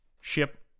ship